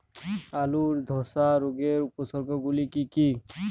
আলুর ধসা রোগের উপসর্গগুলি কি কি?